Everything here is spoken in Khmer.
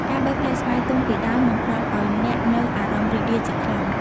ការបេះផ្លែស្វាយទុំពីដើមនឹងផ្តល់ឱ្យអ្នកនូវអារម្មណ៍រីករាយជាខ្លាំង។